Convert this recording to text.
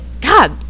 God